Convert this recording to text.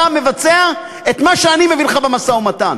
מבצע את מה שאני מביאה לך במשא-ומתן.